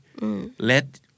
Let